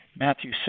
Matthew